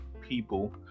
people